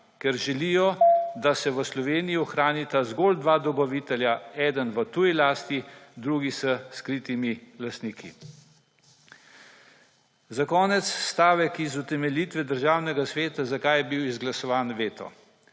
razprave/ da se v Sloveniji ohranita zgolj dva dobavitelja; eden v tuji lasti, drugi s skritimi lastniki. Za konec stavek iz utemeljitve Državnega sveta, zakaj je bil izglasovan veto.